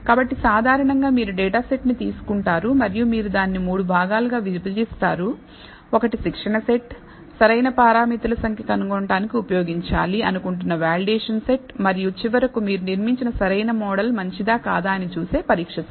కాబట్టి సాధారణంగా మీరు డేటా సెట్ను తీసుకుంటారు మరియు మీరు దానిని మూడు భాగాలుగా విభజిస్తారు ఒకటి శిక్షణ సెట్ సరైన పారామితులు సంఖ్య కనుగొనడానికి ఉపయోగించాలి అనుకుంటున్న వాలిడేషన్ సెట్ మరియు చివరకు మీరు నిర్మించిన సరైన మోడల్ మంచిదా కాదా అని చూసే పరీక్ష సెట్